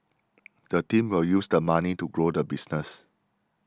the team will use the money to grow the business